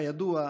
כידוע,